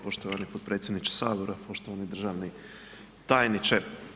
Poštovani potpredsjedniče Sabora, poštovani državni tajniče.